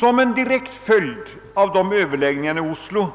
Som en direkt följd av överläggningarna i Oslo